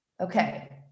Okay